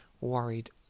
worried